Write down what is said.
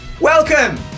Welcome